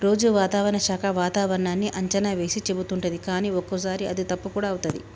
రోజు వాతావరణ శాఖ వాతావరణన్నీ అంచనా వేసి చెపుతుంటది కానీ ఒక్కోసారి అది తప్పు కూడా అవుతది